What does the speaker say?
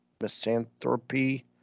misanthropy